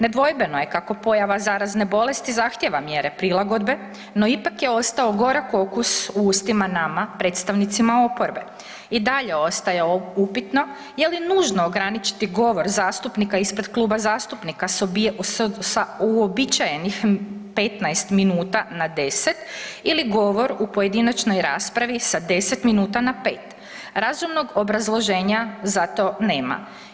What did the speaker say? Nedvojbeno je kako pojava zarazne bolesti zahtjeva mjere prilagodbe no ipak je ostao gorak okus u ustima nama predstavnicima oporbe i dalje ostaje upitno je li nužno ograničiti govor zastupnika ispred kluba zastupnika sa uobičajenih 15 minuta na 10 ili govor u pojedinačnoj raspravi sa 10 minuta na 5. Razumnog obrazloženja za to nema.